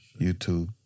YouTube